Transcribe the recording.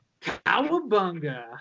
Cowabunga